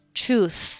truth